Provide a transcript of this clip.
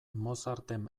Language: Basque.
mozarten